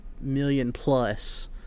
million-plus